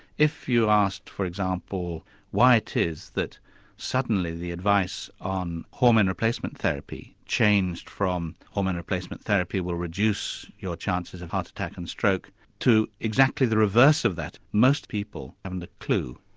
if you asked for example why it is that suddenly the advice on hormone replacement therapy changed from hormone replacement therapy will reduce your chances of heart attack and stroke to exactly the reverse of that, most people haven't a clue.